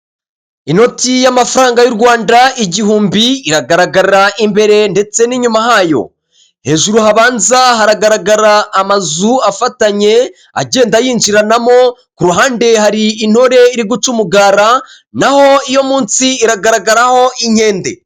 Inoti y'amafaranga y'u Rwanda igihumbi iragaragara imbere ndetse n'inyuma hayo, hejuru habanza haragaragara amazu afatanye agenda yinjiranamo, ku ruhande hari intore iri guca umugara, naho iyo munsi iragaragaraho inkende.